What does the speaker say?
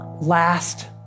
last